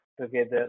together